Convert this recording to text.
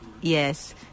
yes